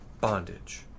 bondage